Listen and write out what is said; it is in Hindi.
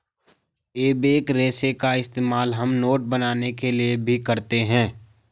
एबेक रेशे का इस्तेमाल हम नोट बनाने के लिए भी करते हैं